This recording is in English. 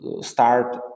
start